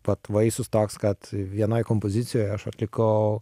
vat vaisius toks kad vienoj kompozicijoj aš atlikau